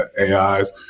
AIs